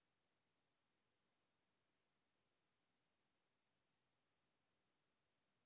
हम गेहूं के उपज खराब होखे से बचाव ला केतना दिन तक गोदाम रख सकी ला?